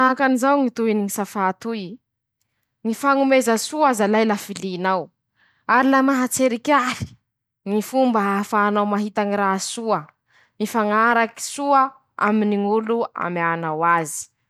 Ñ'olô o a Royaume-Uni añy moa: -Rozy ao mañaja ñy fomban-draza, noho ñy soatoavy maha androzy androzy, manahaky anizay ñy fañajan-drozy ñy tantara mikasiky ñy firenen-drozy io ;ñy fombafisakafoana, manany ñy lilin-drozy rozy nandesiny ñy razan-drozy, manahaky anizay ñy fomba finoma dité, misyñy fanavan-drozy azy ;manahaky anizao ñy famokaran-drozy ñy raha kanto noho ñy literatiora.